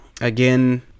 again